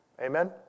Amen